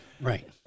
Right